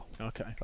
okay